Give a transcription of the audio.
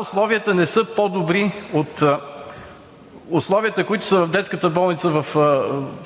условията там не са по добри от условията, които са в детската болница в